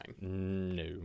No